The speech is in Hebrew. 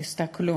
תסתכלו,